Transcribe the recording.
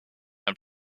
and